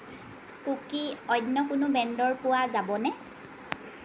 কুকি অন্য কোনো ব্ৰেণ্ডৰ পোৱা যাবনে